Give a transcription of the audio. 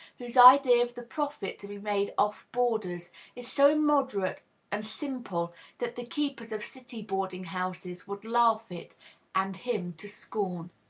whose idea of the profit to be made off boarders is so moderate and simple that the keepers of city boarding-houses would laugh it and him to scorn.